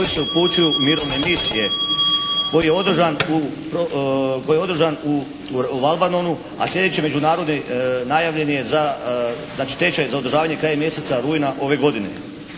koji se upućuju u mirovne misije koji je održan u Valbandonu a slijedeći međunarodni tečaj najavljen je za kraj mjeseca rujna ove godine.